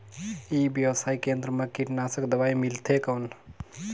ई व्यवसाय केंद्र मा कीटनाशक दवाई मिलथे कौन?